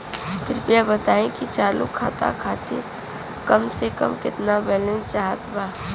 कृपया बताई कि चालू खाता खातिर कम से कम केतना बैलैंस चाहत बा